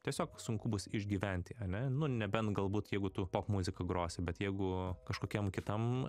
tiesiog sunku bus išgyventi ane nu nebent galbūt jeigu tu popmuzika grosi bet jeigu kažkokiam kitam